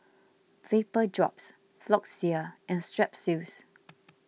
Vapodrops Floxia and Strepsils